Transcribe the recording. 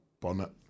bonnet